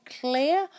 clear